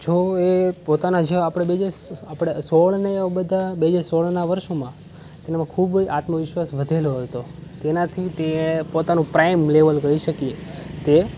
જો એ પોતાના જ આપણે આપણે સોળને એવા બધા બે હજાર સોળના વર્ષમાં એનામાં ખૂબ આત્મવિશ્વાસ વધેલો હતો તેનાથી તે પોતાનું પ્રાઇમ લેવલ કહી શકીએ તે